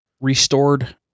restored